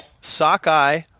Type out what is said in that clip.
Sockeye